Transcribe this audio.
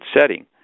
setting